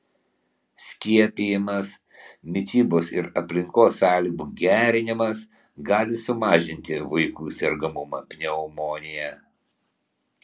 skiepijimas mitybos ir aplinkos sąlygų gerinimas gali sumažinti vaikų sergamumą pneumonija